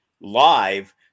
live